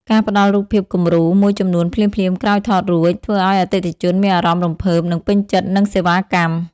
ការផ្ដល់រូបភាពគំរូ មួយចំនួនភ្លាមៗក្រោយថតរួច ធ្វើឱ្យអតិថិជនមានអារម្មណ៍រំភើប និងពេញចិត្តនឹងសេវាកម្ម។